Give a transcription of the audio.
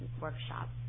workshop